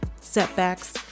setbacks